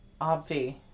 Obvi